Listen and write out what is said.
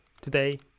Today